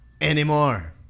anymore